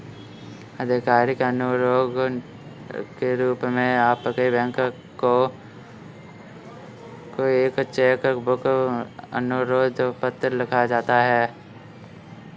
आधिकारिक अनुरोध के रूप में आपके बैंक को एक चेक बुक अनुरोध पत्र लिखा जाता है